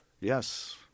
Yes